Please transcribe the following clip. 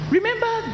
Remember